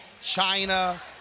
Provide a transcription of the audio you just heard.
China